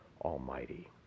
Almighty